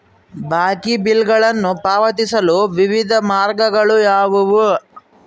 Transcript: ಬಾಕಿ ಬಿಲ್ಗಳನ್ನು ಪಾವತಿಸಲು ವಿವಿಧ ಮಾರ್ಗಗಳು ಯಾವುವು?